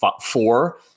four